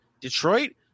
Detroit